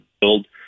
build